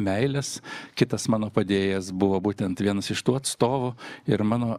meiles kitas mano padėjėjas buvo būtent vienas iš tų atstovų ir mano